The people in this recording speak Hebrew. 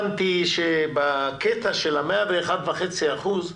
הבנתי שבקטע של 101.5%,